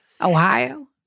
Ohio